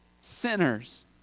sinners